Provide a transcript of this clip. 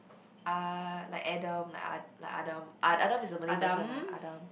uh like Adam like a~ like Adam a~ Adam is the Malay version ah Adam